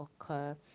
occur